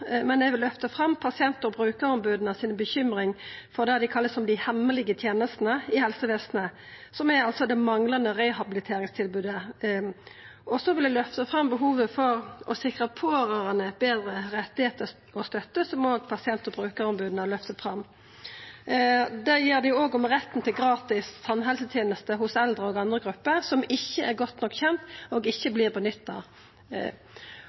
men eg vil løfta fram pasient- og brukaromboda si uro for det dei kallar dei hemmelege tenestene i helsevesenet, som altså er det manglande rehabiliteringstilbodet. Så vil eg løfta fram behovet for å sikra pårørande betre rettar og støtte, som òg pasient- og brukaromboda løftar fram. Det gjer dei òg om retten til gratis tannhelseteneste hos eldre og andre grupper, noko som ikkje er godt nok kjent, og ikkje vert nytta.